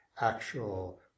actual